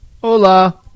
Hola